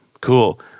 Cool